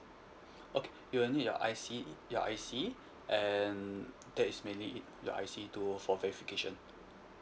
okay we will need your I_C your I_C and that is mainly your I_C to for verification